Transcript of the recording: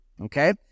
okay